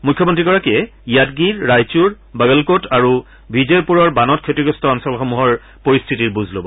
মুখ্যমন্ত্ৰীগৰাকীয়ে য়াদগিৰ ৰায়চুৰ বগলকোট আৰু বিজয়পূৰৰ বানত ক্ষতিগ্ৰস্ত অঞ্চলসমূহৰ পৰিস্থিতিৰ বুজ লয়